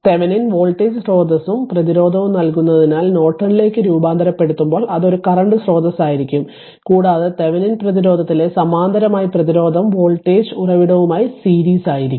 Thevenin voltage സ്രോതസ്സും പ്രതിരോധവും നൽകുന്നതിനാൽ നോർട്ടണിലേക്ക് രൂപാന്തരപ്പെടുമ്പോൾ അത് ഒരു കറന്റ് സ്രോതസ്സായിരിക്കും കൂടാതെ തെവെനിൻ പ്രതിരോധത്തിലെ സമാന്തരമായി പ്രതിരോധം വോൾട്ടേജ് ഉറവിടവുമായി സീരീസ് ആയിരിക്കും